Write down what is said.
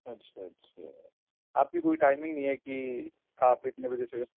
اچھا اچھا آپ کی کوئی ٹائمنگ نہیں ہے کہ آپ اتنے بجے سے